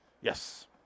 Yes